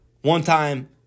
one-time